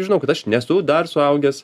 žinau kad aš nesu dar suaugęs